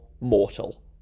mortal